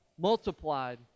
multiplied